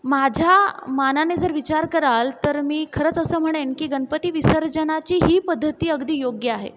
माझ्या मानाने जर विचार कराल तर मी खरंच असं म्हणेन की गणपती विसर्जनाची ही पद्धती अगदी योग्य आहे